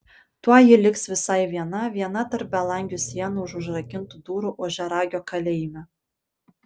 tuoj ji liks visai viena viena tarp belangių sienų už užrakintų durų ožiaragio kalėjime